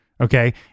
Okay